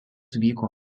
vyko